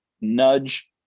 nudge